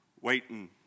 waiting